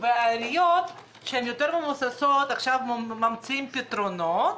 עיריות שהן יותר מבוססות עכשיו מוצאות פתרונות